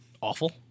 Awful